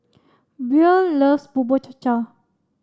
Buel loves Bubur Cha Cha